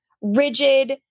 rigid